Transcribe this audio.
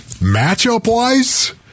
Matchup-wise